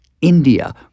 India